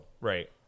Right